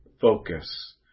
focus